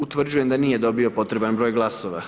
Utvrđujem da nije dobio potreban broj glasova.